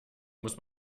muss